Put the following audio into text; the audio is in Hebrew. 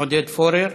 עודד פורר.